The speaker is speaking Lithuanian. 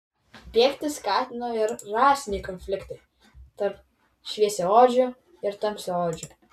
bėgti skatino ir rasiniai konfliktai tarp šviesiaodžių ir tamsiaodžių